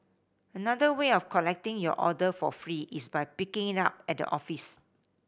another way of collecting your order for free is by picking it up at the office